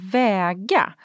väga